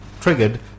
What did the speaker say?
triggered